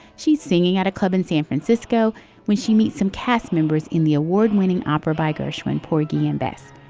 she's singing at a club in san francisco when she meets some cast members in the award winning opera by gershwin, porgy and bess.